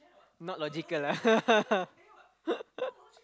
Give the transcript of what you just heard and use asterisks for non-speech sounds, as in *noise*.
not logical ah *laughs*